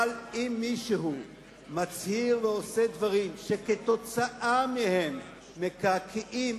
אבל אם מישהו מצהיר ועושה דברים שכתוצאה מהם מקעקעים